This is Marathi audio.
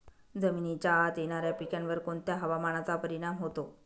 जमिनीच्या आत येणाऱ्या पिकांवर कोणत्या हवामानाचा परिणाम होतो?